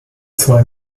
zwei